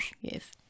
Yes